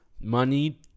money